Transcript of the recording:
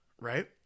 right